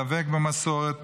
דבק במסורת,